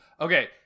Okay